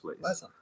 place